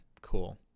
cool